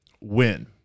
win